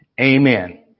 amen